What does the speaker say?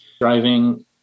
driving